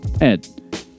Ed